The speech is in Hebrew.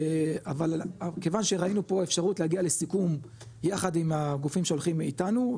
אבל כיוון שראינו פה אפשרות להגיע לסיכום יחד עם הגופים שהולכים איתנו,